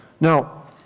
Now